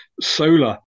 solar